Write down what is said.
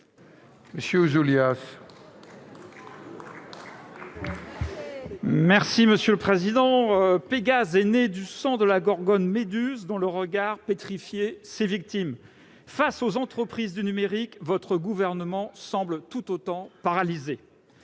M. Pierre Ouzoulias, pour la réplique. Pégase est né du sang de la gorgone Méduse, dont le regard pétrifiait les victimes. Face aux entreprises du numérique, votre gouvernement semble tout aussi paralysé